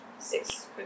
Six